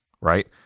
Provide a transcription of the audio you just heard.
right